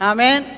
Amen